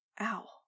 Ow